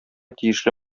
тиешле